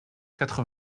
quatre